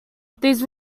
these